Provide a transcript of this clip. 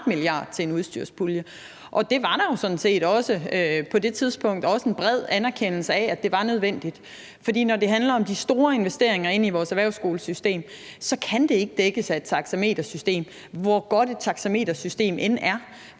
til en udstyrspulje, og det var der jo også på det tidspunkt en bred anerkendelse af var nødvendigt. For når det handler om de store investeringer i vores erhvervsskolesystem, kan det ikke dækkes af et taxametersystem, hvor godt det taxametersystem end er,